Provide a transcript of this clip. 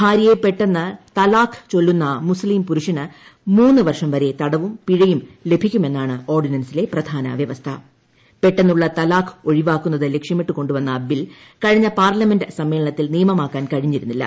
ഭാര്യയെ പെട്ടെന്ന് തലാഖ് ചൊല്ലുന്ന മുസ്തീം പുരുഷന് മൂന്ന് വർഷംവരെ തടവും പിഴയും ലഭിക്കുമെന്നാണ് ഓർഡിനൻസിലെ പ്രധാന വ്യവസ്ഥ പെട്ടെന്നുള്ള തലാഖ് ഒഴിവാക്കുന്നത് ലക്ഷ്യമിട്ട് കൊണ്ടുവന്ന ബിൽ കഴിഞ്ഞ പാർലമെന്റ് സമ്മേളനത്തിൽ നിയമമാക്കാൻ കഴിഞ്ഞിരുന്നില്ല